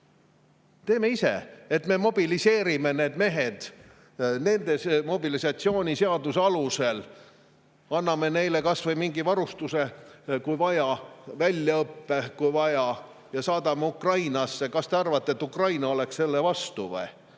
ettepaneku, et me mobiliseerime need mehed nende mobilisatsiooniseaduse alusel, anname neile kas või mingi varustuse, kui vaja, väljaõppe, kui vaja, ja saadame Ukrainasse. Kas te arvate, et Ukraina oleks selle vastu?